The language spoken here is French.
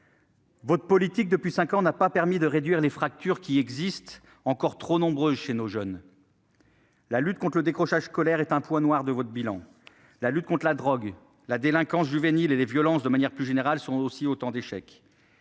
la politique menée depuis cinq ans n'a pas permis de réduire les fractures qui existent, encore trop nombreuses chez nos jeunes. La lutte contre le décrochage scolaire est un point noir de votre bilan. Les actions de lutte contre la drogue, la délinquance juvénile et les violences, de manière plus générale, sont autant d'échecs.